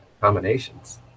combinations